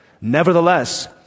Nevertheless